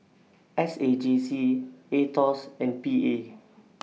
S A J C Aetos and P A